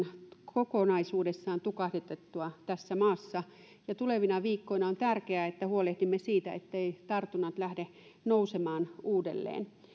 kokonaisuudessaan tukahdutettua tässä maassa ja tulevina viikkoina on tärkeää että huolehdimme siitä ettei tartunnat lähde nousemaan uudelleen